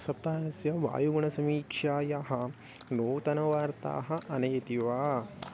सप्ताहस्य वायुगुणसमीक्षायाः नूतनवार्ताः आनयति वा